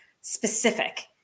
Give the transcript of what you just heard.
specific